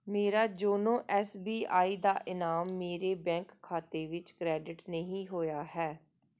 ਮੇਰਾ YONO S B I ਦਾ ਇਨਾਮ ਮੇਰੇ ਬੈਂਕ ਖਾਤੇ ਵਿੱਚ ਕ੍ਰੈਡਿਟ ਨਹੀਂ ਹੋਇਆ ਹੈ